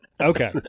Okay